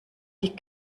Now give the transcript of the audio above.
die